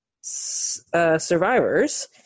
survivors